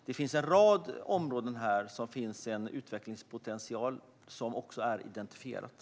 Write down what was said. Det finns en rad områden där det finns en utvecklingspotential som också är identifierad.